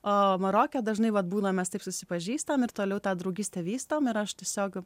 o maroke dažnai vat būna mes taip susipažįstam ir toliau tą draugystę vykstom ir aš tiesiog